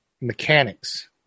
mechanics